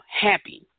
happy